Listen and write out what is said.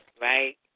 right